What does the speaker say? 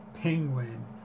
Penguin